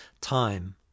Time